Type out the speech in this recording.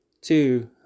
Two